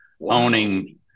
owning